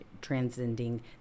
transcending